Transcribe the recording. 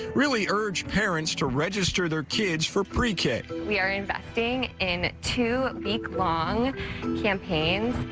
really urge parents to register their kids for prek. we are investing in two week long campaigns,